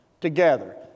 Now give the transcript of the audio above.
together